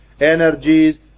energies